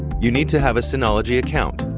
you need to have a synology account.